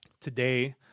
today